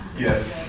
yes.